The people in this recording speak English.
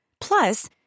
Plus